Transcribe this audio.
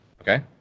Okay